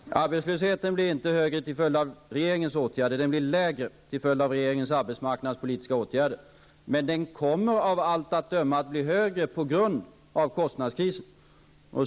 Herr talman! Arbetslösheten blir inte högre till följd av regeringens åtgärder. Den blir lägre till följd av regeringens arbetsmarknadspolitiska åtgärder. Men den kommer av allt att döma att bli högre på grund av kostnadskrisen.